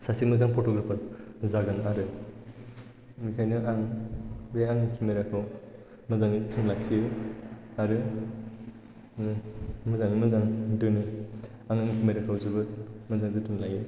सासे मोजां फट'ग्राफार जागोन आरो बेनिखायनो आं बे आंनि केमेराखौ मोजाङै जोथोन लाखियो आरो मोजाङै मोजां दोनो आं आंनि केमेरा खौ जोबोद मोजां जोथोन लायो